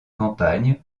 campagne